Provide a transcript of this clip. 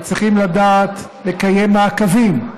הם צריכים לדעת לקיים מעקבים,